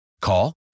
Call